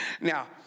Now